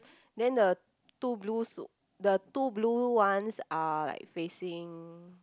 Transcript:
then the two blues the two blue ones are like facing